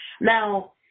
Now